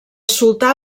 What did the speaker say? sultà